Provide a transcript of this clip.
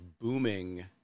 booming